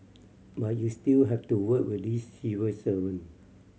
but you still have to work with these civil servant